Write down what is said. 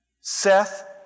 Seth